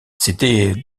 c’était